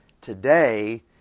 today